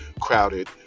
crowded